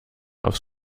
aufs